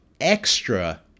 extra